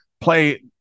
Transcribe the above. play